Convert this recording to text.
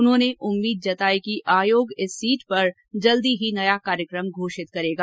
उन्होंने उम्मीद जताई की आयोग इस सीट पर जल्द ही नया कार्यक्रम घोषित करेगा